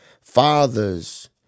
Fathers